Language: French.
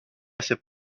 assez